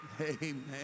Amen